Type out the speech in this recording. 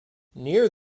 near